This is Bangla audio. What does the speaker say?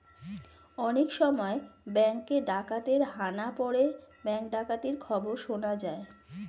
অনেক সময় ব্যাঙ্কে ডাকাতের হানা পড়ে ব্যাঙ্ক ডাকাতির খবর শোনা যায়